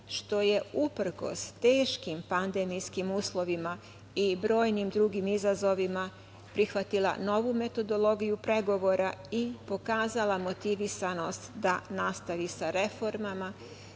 što je uprkos teškim pandemijskim uslovima i brojnim drugim izazovima prihvatila novu metodologiju pregovora i pokazala motivisanost da nastavi sa reformama,